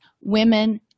women